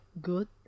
good